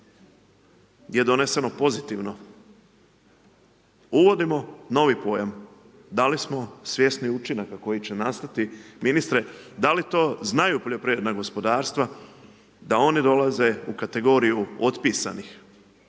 je doneseno pozitivno. Uvodimo novi pojam. Da li smo svjesni učinaka koji će nastaviti? Ministre da li to znaju poljoprivredna gospodarstva da oni dolaze u kategoriju otpisanih?